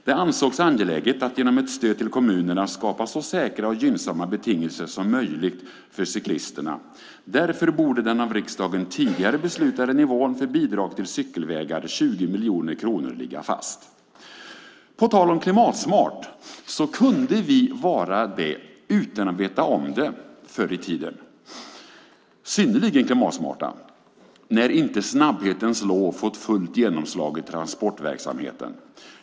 Det ansågs angeläget att genom ett stöd till kommunerna skapa så säkra och gynnsamma betingelser som möjligt för cyklisterna. Därför borde den av riksdagen tidigare beslutade nivån för bidrag till cykelvägar - 20 miljoner kronor - ligga fast. På tal om klimatsmart kunde vi, utan att veta om det, vara synnerligen energismarta förr i tiden när inte snabbhetens lov fått fullt genomslag i transportverksamheten.